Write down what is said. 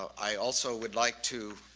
i also would like to